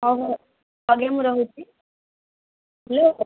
ହେଉ ଆଜ୍ଞା ମୁଁ ରହୁଛି ହ୍ୟାଲୋ